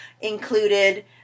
Included